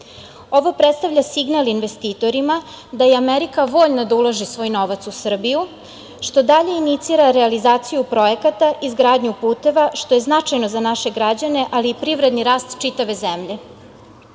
Ovo predstavlja signal investitorima da je Amerika voljna da ulaže svoj novac u Srbiju, što dalje inicira realizaciju projekata i izgradnju puteva, što je značajno za naše građane, ali i privredni rast čitave zemlje. Ovo